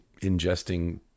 ingesting